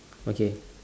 okay